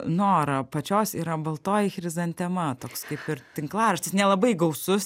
nora pačios yra baltoji chrizantema toks kaip ir tinklaraštis nelabai gausus